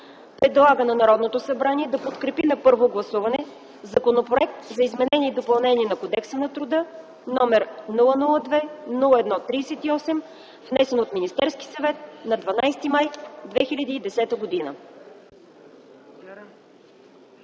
Предлага на Народното събрание да подкрепи на първо гласуване Законопроект за изменение и допълнение на Кодекса на труда, № 002-01-38, внесен от Министерския съвет на 12.05.2010 г.”